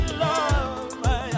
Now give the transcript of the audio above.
love